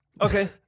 Okay